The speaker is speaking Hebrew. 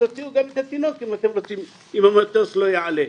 תוציאו גם התינוק אם אתם רוצים אם המטוס לא יעלה.